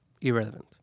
irrelevant